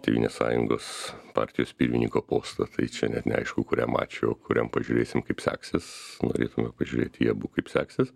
tėvynės sąjungos partijos pirmininko postą tai čia net neaišku kuriam ačiū o kuriam pažiūrėsim kaip seksis norėtume pažiūrėt į abu kaip seksis